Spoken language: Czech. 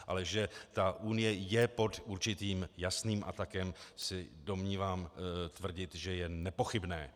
Ale že Unie je pod určitým jasným atakem, se domnívám tvrdit, že je nepochybné.